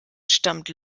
stammte